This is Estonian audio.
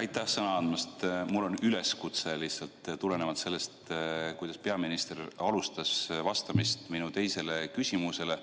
Aitäh sõna andmast! Mul on üleskutse lihtsalt tulenevalt sellest, kuidas peaminister alustas vastamist minu teisele küsimusele.